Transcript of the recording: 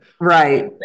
Right